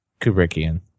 Kubrickian